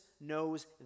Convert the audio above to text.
knows